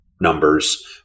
Numbers